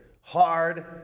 hard